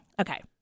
Okay